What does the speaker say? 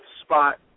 spot